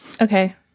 Okay